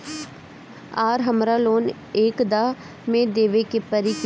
आर हमारा लोन एक दा मे देवे परी किना?